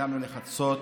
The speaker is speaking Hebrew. הגענו לחצות,